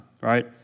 right